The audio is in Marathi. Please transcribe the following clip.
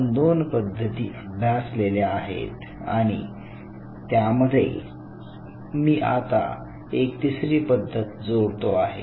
आपण दोन पद्धती अभ्यासलेल्या आहेत आणि त्यामध्ये मी आता एक तिसरी पद्धत जोडतो आहे